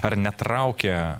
ar netraukia